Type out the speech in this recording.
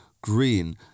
green